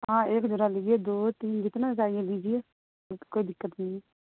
ہاں ایک جوڑا لیجیے دو تین جتنا چاہیے لیجیے کوئی دقت نہیں ہے